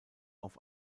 auf